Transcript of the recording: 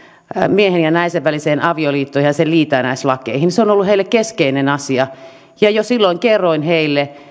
miehen ja naisen väliseen avioliittoon ja näihin liitännäislakeihin se on ollut heille keskeinen asia jo silloin olen kertonut heille